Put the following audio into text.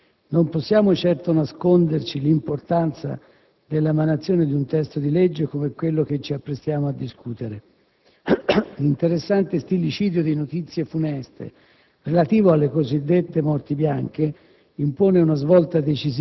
Signor Presidente, onorevoli colleghi, signor Sottosegretario, non possiamo certo nasconderci l'importanza dell'emanazione di un testo di legge come quello che ci apprestiamo a discutere.